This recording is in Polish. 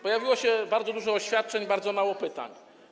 Pojawiło się bardzo dużo oświadczeń, a bardzo mało pytań.